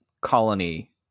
colony